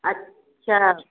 अच्छा